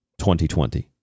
2020